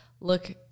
look